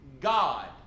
God